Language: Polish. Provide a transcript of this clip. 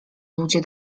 ludzie